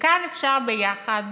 "וכאן אפשר ביחד